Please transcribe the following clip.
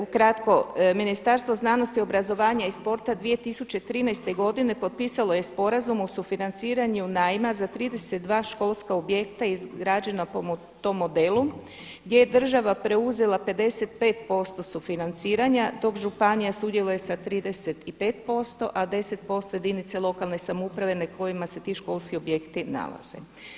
Ukratko, Ministarstvo znanosti, obrazovanja i sporta 2013. godine potpisalo je sporazum o sufinanciranju najma za 32 školska objekta izgrađena po modelu gdje je država preuzela 55% sufinanciranja dok županija sudjeluje sa 35%, a 10% jedinice lokalne samouprave na kojima se ti školski objekti nalaze.